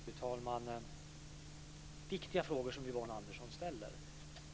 Fru talman! Det är viktiga frågor som Yvonne Andersson ställer.